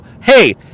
hey